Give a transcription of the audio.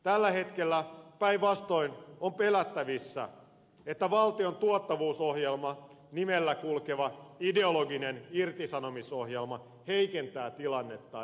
tällä hetkellä on päinvastoin pelättävissä että valtion tuottavuusohjelman nimellä kulkeva ideologinen irtisanomisohjelma heikentää tilannetta entisestään